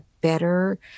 better